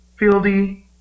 Fieldy